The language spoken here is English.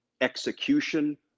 execution